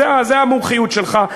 זאת המומחיות שלך,